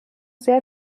sehr